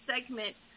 segment